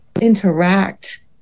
interact